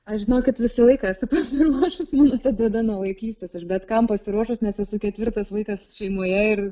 aš žinokit visą laiką esi pasiruošus visada nuo vaikystės aš bet kam pasiruošus nes esu ketvirtas vaikas šeimoje ir